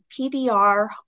PDR